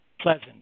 pleasant